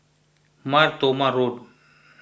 Mar Thoma Road